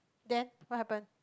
then what happened